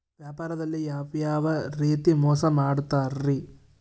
ವ್ಯಾಪಾರದಲ್ಲಿ ಯಾವ್ಯಾವ ರೇತಿ ಮೋಸ ಮಾಡ್ತಾರ್ರಿ?